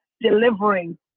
delivering